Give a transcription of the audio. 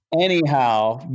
anyhow